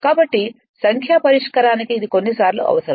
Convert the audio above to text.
కాబట్టి సంఖ్యా పరిష్కారానికి ఇది కొన్నిసార్లు అవసరం